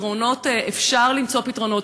אפשר למצוא פתרונות.